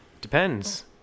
depends